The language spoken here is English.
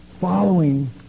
following